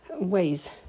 ways